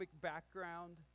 background